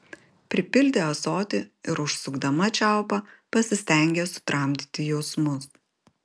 pripildė ąsotį ir užsukdama čiaupą pasistengė sutramdyti jausmus